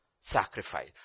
sacrifice